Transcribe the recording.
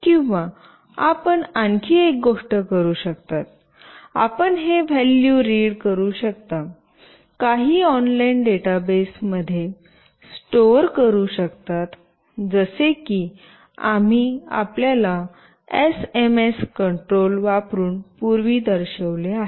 किंवा आपण आणखी एक गोष्ट करू शकता आपण हे व्हॅल्यू रीड करू शकता काही ऑनलाइन डेटाबेसमध्ये स्टोर करू शकता जसे की आम्ही आपल्याला एसएमएस कंट्रोल वापरुन पूर्वी दर्शविले आहे